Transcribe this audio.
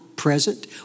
present